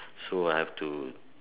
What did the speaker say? so I have to